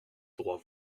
droit